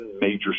major